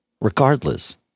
regardless